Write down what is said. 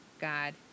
God